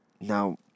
Now